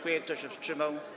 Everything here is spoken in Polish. Kto się wstrzymał?